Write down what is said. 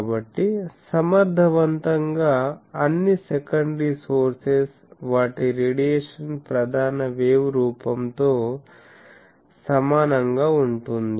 కాబట్టి సమర్థవంతంగా అన్ని సెకండరీ సోర్సెస్ వాటి రేడియేషన్ ప్రధాన వేవ్ రూపంతో సమానంగా ఉంటుంది